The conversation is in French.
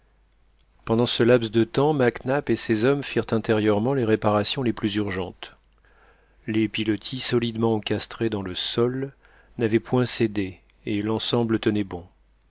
pendant ce laps de temps mac nap et ses hommes firent intérieurement les réparations les plus urgentes les pilotis solidement encastrés dans le sol n'avaient point cédé et l'ensemble tenait bon